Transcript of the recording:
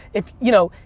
if, you know,